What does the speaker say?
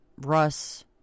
Russ